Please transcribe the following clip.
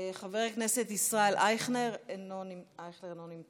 חבר הכנסת ישראל אייכלר, אינו נמצא.